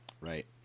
Right